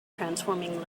transforming